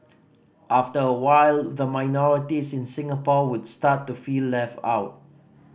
after a while the minorities in Singapore would start to feel left out